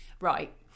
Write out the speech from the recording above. right